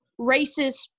racist